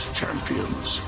champions